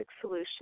solution